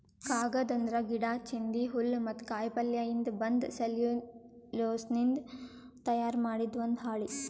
ಕಾಗದ್ ಅಂದ್ರ ಗಿಡಾ, ಚಿಂದಿ, ಹುಲ್ಲ್ ಮತ್ತ್ ಕಾಯಿಪಲ್ಯಯಿಂದ್ ಬಂದ್ ಸೆಲ್ಯುಲೋಸ್ನಿಂದ್ ತಯಾರ್ ಮಾಡಿದ್ ಒಂದ್ ಹಾಳಿ